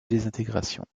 désintégration